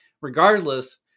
regardless